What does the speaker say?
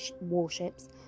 warships